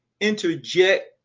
interject